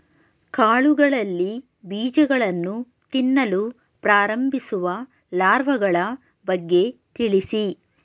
ಕಾಳುಗಳಲ್ಲಿ ಬೀಜಗಳನ್ನು ತಿನ್ನಲು ಪ್ರಾರಂಭಿಸುವ ಲಾರ್ವಗಳ ಬಗ್ಗೆ ತಿಳಿಸಿ?